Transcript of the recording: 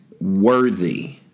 worthy